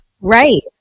Right